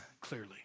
clearly